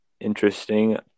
interesting